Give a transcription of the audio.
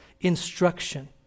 instruction